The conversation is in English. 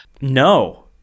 No